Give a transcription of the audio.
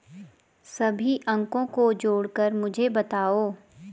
सभी अंकों को जोड़कर मुझे बताओ